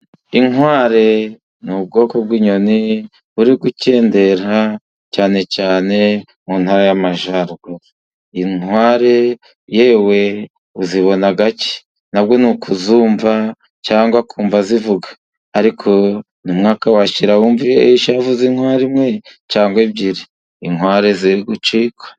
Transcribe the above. Inkware ni ubwoko bw'inyoni buri gukendera, cyane cyane mu'ntara y'Amajyaruguru. Inkware yewe uzibona gake nabwo ni ukuzumva cyangwa ukumva zivuga. Ariko umwaka washira wumvishe inkwa imwe cyangwa ebyiri. Inkware ziri gucika.